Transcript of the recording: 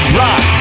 rock